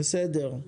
בסדר.